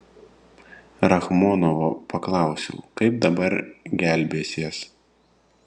rachmonovo paklausiau kaip dabar gelbėsies